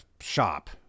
shop